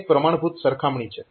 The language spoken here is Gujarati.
આ એક પ્રમાણભૂત સરખામણી છે